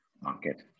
market